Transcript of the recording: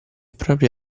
proprie